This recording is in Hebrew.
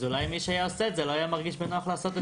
אז אולי מי שהיה עושה את זה לא היה מרגיש בנוח לעשות את זה.